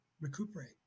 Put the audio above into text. Recuperate